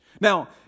Now